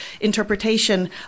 interpretation